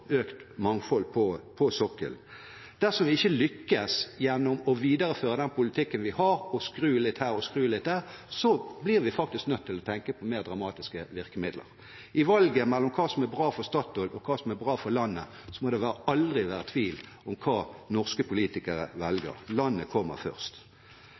økt mangfold på sokkelen. Dersom vi ikke lykkes gjennom å videreføre den politikken vi har, å skru litt her og skru litt der, blir vi faktisk nødt til å tenke mer dramatiske virkemidler. I valget mellom hva som er bra for Statoil, og hva som er bra for landet, må det aldri være tvil om hva norske politikere velger: Landet kommer først.